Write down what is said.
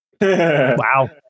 Wow